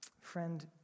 Friend